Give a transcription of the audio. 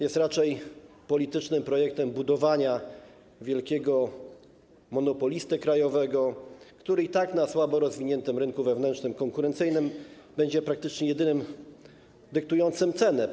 Jest raczej politycznym projektem budowania wielkiego monopolisty krajowego, który na słabo rozwiniętym wewnętrznym rynku konkurencyjnym będzie praktycznie jedynym dyktującym ceny.